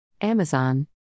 Amazon